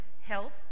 health